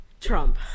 Trump